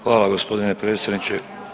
Hvala gospodine predsjedniče.